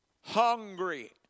hungry